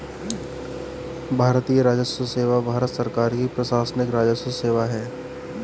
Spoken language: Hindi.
भारतीय राजस्व सेवा भारत सरकार की प्रशासनिक राजस्व सेवा है